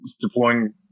deploying